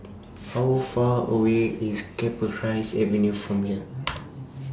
How Far away IS Cypress Avenue from here